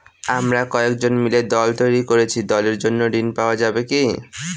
আমরা কয়েকজন মিলে দল তৈরি করেছি দলের জন্য ঋণ পাওয়া যাবে কি?